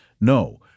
No